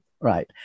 right